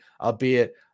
albeit